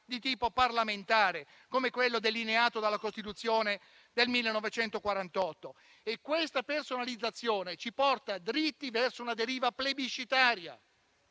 di tipo parlamentare come quello delineato dalla Costituzione del 1948. E questa personalizzazione ci porta dritti verso una deriva plebiscitaria,